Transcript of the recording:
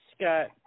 Scott